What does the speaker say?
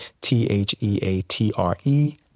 T-H-E-A-T-R-E